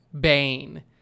Bane